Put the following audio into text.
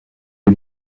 est